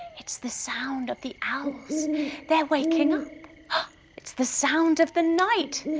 it's the sound of the owls they're waking up. ah, its the sound of the night,